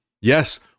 Yes